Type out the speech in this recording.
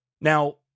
Now